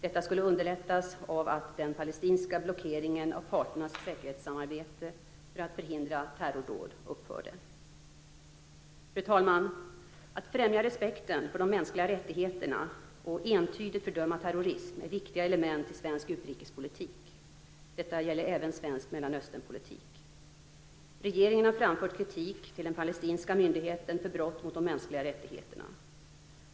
Detta skulle underlättas av att den palestinska blockeringen av parternas säkerhetssamarbete för att förhindra terrordåd upphörde. Fru talman! Att främja respekten för de mänskliga rättigheterna och entydigt fördöma terrorism är viktiga element i svensk utrikespolitik. Detta gäller även svensk Mellanösternpolitik. Regeringen har framfört kritik till den palestinska myndigheten för brott mot de mänskliga rättigheterna.